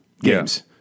games